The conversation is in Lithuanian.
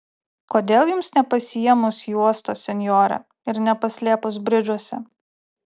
kodėl jums nepasiėmus juostos senjore ir nepaslėpus bridžuose